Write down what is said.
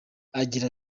agira